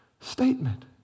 statement